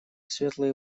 светлые